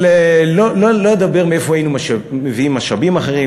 אבל לא אדבר מאיפה היינו מביאים משאבים אחרים,